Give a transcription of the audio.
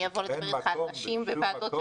אני אבוא לדבר איתך על נשים בוועדות,